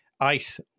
ICE